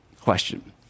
question